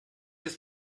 ist